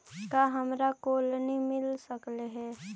का हमरा कोलनी मिल सकले हे?